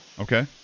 Okay